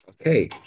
Okay